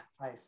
nice